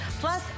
Plus